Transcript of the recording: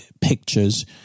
pictures